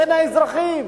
בין האזרחים?